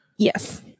Yes